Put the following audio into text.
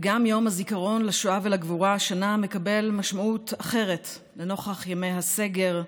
וגם יום הזיכרון לשואה ולגבורה השנה מקבל משמעות אחרת לנוכח ימי הסגר,